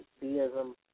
theism